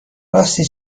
راستی